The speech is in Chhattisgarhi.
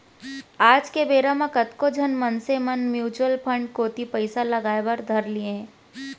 आज के बेरा म कतको झन मनसे मन म्युचुअल फंड कोती पइसा लगाय बर धर लिये हें